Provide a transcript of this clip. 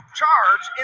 charge